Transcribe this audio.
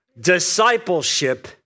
Discipleship